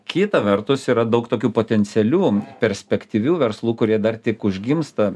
kita vertus yra daug tokių potencialių perspektyvių verslų kurie dar tik užgimsta